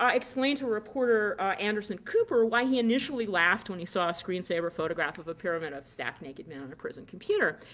um explained to reporter anderson cooper why he initially laughed when he saw a screensaver photograph of a pyramid of stacked naked men on a prison computer.